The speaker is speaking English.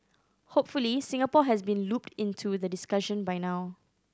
hopefully Singapore has been looped into the discussion by now